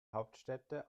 hauptstädte